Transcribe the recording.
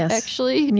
actually,